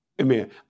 Amen